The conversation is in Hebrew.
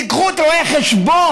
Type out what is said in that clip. תיקחו את רואי החשבון,